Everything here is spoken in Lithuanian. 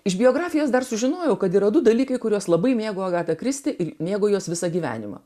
iš biografijos dar sužinojau kad yra du dalykai kuriuos labai mėgo agata kristi ir mėgaujuosi visą gyvenimą